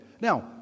Now